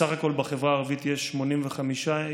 בסך הכול בחברה הערבית יש 85 יישובים,